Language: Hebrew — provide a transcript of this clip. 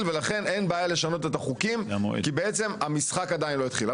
ולכן אין בעיה לשנות את החוקים כי בעצם המשחק עדיין לא התחיל.